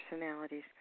personalities